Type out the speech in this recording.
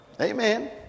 Amen